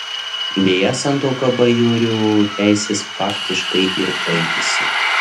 deja santuoka bajorių teisės faktiškai ir baigėsi